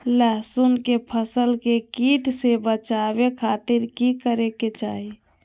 लहसुन के फसल के कीट से बचावे खातिर की करे के चाही?